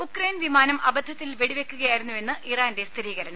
Ukraine വിമാനം അബദ്ധത്തിൽ വെടിവെക്കുക യായിരുന്നുവെന്ന് ഇറാന്റെ സ്ഥിരീകരണം